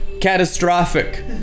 catastrophic